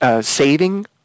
Saving